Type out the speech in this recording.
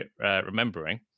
remembering